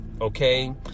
okay